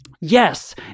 Yes